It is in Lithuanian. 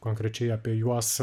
konkrečiai apie juos